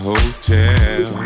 Hotel